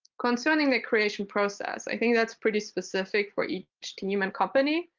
concerning the creation process. i think that's pretty specific for each team and company.